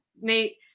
Nate